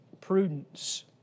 prudence